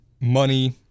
money